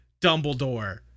Dumbledore